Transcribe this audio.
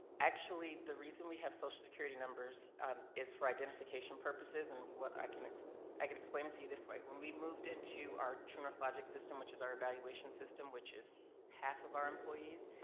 actually the reason we have social security numbers um is for identification purposes and what i can i can explain it to you this way. when we moved into our truenorth logic system which is our evaluation system which is half of our employees,